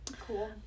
Cool